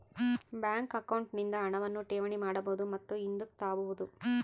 bank account ನಿಂದ ಹಣವನ್ನು ಠೇವಣಿ ಮಾಡಬಹುದು ಮತ್ತು ಹಿಂದುಕ್ ತಾಬೋದು